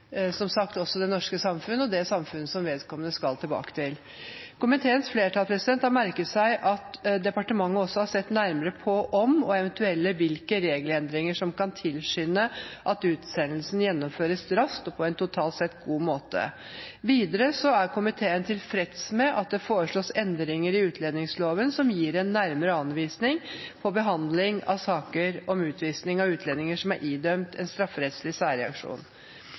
som sagt også det norske samfunn, og det samfunn som vedkommende skal tilbake til. Komiteens flertall har merket seg at departementet også har sett nærmere på om og eventuelt hvilke regelendringer som kan tilskynde at utsendelsen gjennomføres raskt og på en totalt sett god måte. Videre er komiteen tilfreds med at det foreslås endringer i utlendingsloven som gir en nærmere anvisning på behandlingen av saker om utvisning av utlendinger som er idømt en strafferettslig særreaksjon.